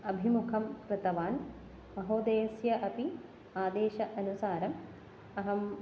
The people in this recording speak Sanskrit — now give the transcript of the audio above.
अभिमुखं कृतवान् महोदयस्य अपि आदेशानुसारम् अहम्